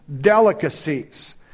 delicacies